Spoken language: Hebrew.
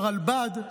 לרלב"ד,